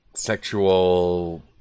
sexual